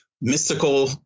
mystical